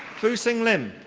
fou sing lim.